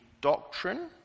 doctrine